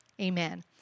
Amen